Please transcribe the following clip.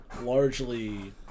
largely